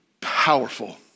powerful